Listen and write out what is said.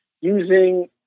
using